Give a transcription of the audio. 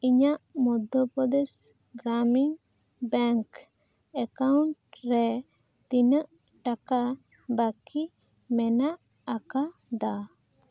ᱤᱧᱟᱜ Madhya Pradesh Gramin bank account ᱨᱮ ᱛᱤᱱᱟᱹᱜ ᱴᱟᱠᱟ ᱵᱟᱠᱤ ᱢᱮᱱᱟᱜ ᱟᱠᱟᱫᱟ